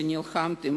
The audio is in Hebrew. שנלחמתם,